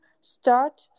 start